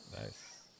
nice